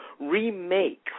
remake